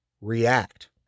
react